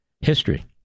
history